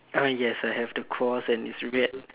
uh yes have the cross and it's red